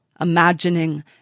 Imagining